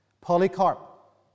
Polycarp